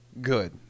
Good